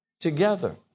together